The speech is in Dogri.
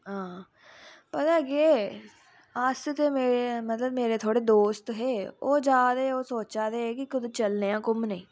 हां पता केह अस ते मेरे मतलब मेरे दोस्त है ओह् जारदे है सोचा दै ही कि कुते चलने हा घूमने गी